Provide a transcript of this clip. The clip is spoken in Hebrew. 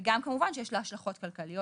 כמובן שיש לה השלכות כלכליות